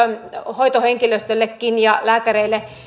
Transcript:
hoitohenkilöstöllekin ja lääkäreille